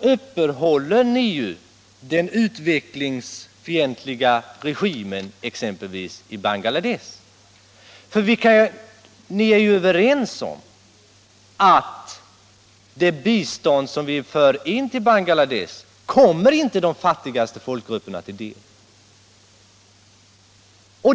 uppehåller ni den utvecklingsfientliga regimen exempelvis i Bangladesh. Ni är ju överens med oss om att det bistånd som vi lämnar till Bangladesh inte kommer de fattigaste folkgrupperna till del.